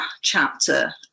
chapter